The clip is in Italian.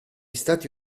stati